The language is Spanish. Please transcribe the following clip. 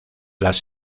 las